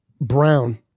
Brown